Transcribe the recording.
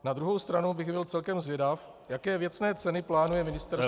Na druhou stranu bych byl celkem zvědav, jaké věcné ceny plánuje ministerstvo